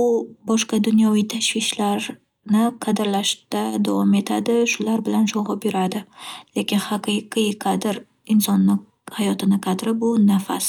u boshqa dunyoviy tashvishlarni qadrlashda davom etadi. Shular bilan sho'ng'ib yuradi. Lekin haqiqiy qadr- insonni hayotini- qadri bu nafas.